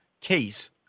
case